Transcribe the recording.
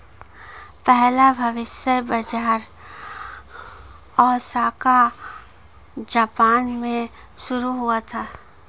पहला भविष्य बाज़ार ओसाका जापान में शुरू हुआ था